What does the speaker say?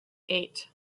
eight